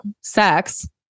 sex